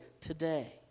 today